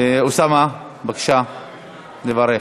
אוסאמה, בבקשה לברך.